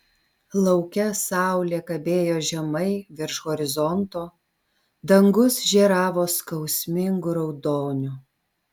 lauke saulė kabėjo žemai virš horizonto dangus žėravo skausmingu raudoniu